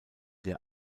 der